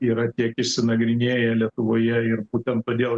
yra tiek išsinagrinėję lietuvoje ir būtent todėl